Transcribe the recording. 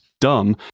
dumb